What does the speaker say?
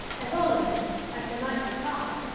at all events, i should like to try.